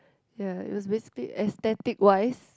ya it was a basically aesthetic wise